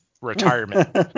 retirement